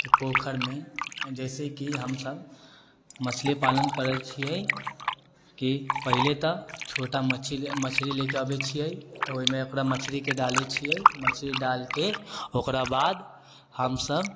कि पोखरिमे जइसे कि हम सभ मछली पालन करै छियै कि पहले तऽ छोटा मछली लेके अबै छियै तऽ ओहिमे ओकरा मछलीके डालै छियै मछली डालिके ओकरा बाद हम सभ